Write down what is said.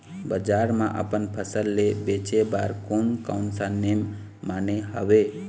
बजार मा अपन फसल ले बेचे बार कोन कौन सा नेम माने हवे?